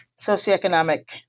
socioeconomic